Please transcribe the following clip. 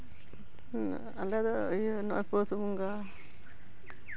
ᱟᱞᱮ ᱫᱚ ᱤᱭᱟᱹ ᱱᱚᱜᱼᱚᱭ ᱯᱩᱥ ᱵᱚᱸᱜᱟ